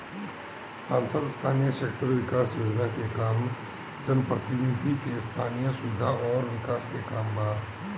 सांसद स्थानीय क्षेत्र विकास योजना के काम जनप्रतिनिधि के स्थनीय सुविधा अउर विकास के काम बा